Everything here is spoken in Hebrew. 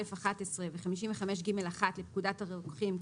55א11 ו־55ג1 לפקודת הרוקחים,